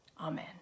Amen